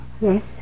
Yes